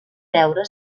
veure